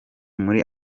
muri